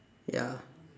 ya